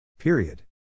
Period